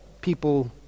people